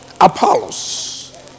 Apollos